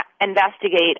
investigate